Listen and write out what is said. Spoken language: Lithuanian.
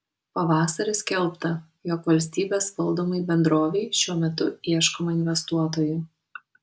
pavasarį skelbta jog valstybės valdomai bendrovei šiuo metu ieškoma investuotojų